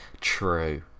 True